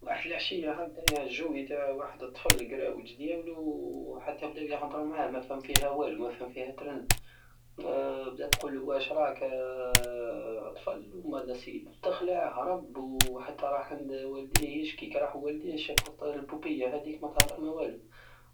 واحد لعشية هكداية الجوي تع واحد الطفل القراوج ديولو حتى بداو يهدرو معا مافهم فيها والو مافهم فيها ترن بدات تقولو واشراك ياطفل وبعد السيد تخلع هرب وحتى راح عند والديه يشكي وكي راح عند والديه شاف البوبية هاديك ماتهدر ماوالو